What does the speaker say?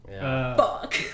fuck